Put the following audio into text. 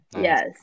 Yes